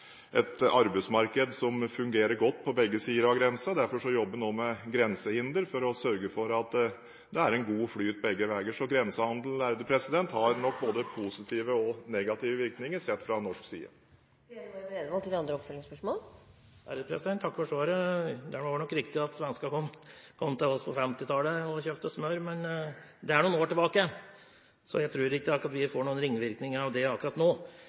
et arbeidsmarked som fungerer godt på begge sider av grensen. Derfor jobber vi nå med grensehinder for å sørge for at det er en god flyt begge veier. Så grensehandel har nok både positive og negative virkninger sett fra norsk side. Takk for svaret. Det er nok riktig at svenskene kom til oss på 1950-tallet og kjøpte smør, men det er noen år tilbake, så jeg tror ikke vi akkurat får noen ringvirkninger av det nå.